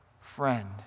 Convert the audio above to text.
friend